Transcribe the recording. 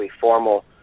formal